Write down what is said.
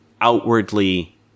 outwardly